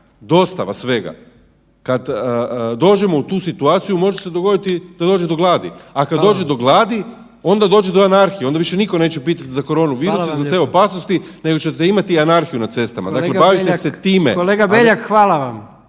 dostava svega, kad dođemo u tu situaciju može se dogoditi da dođe do gladi, a kad dođe do gladi …/Upadica: Hvala vam./… onda dođe do anarhije, onda više nitko neće pitati za koronu virus i za te opasnosti nego ćete imati anarhiju na cestama. Dakle, bavite se time. **Jandroković,